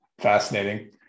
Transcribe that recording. Fascinating